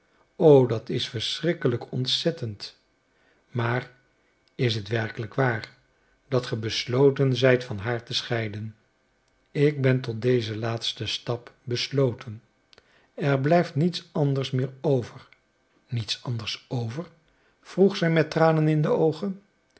och dat is verschrikkelijk ontzettend maar is het werkelijk waar dat ge besloten zijt van haar te scheiden ik ben tot dezen laatsten stap besloten er blijft niets anders meer over niets anders over vroeg zij met tranen in de oogen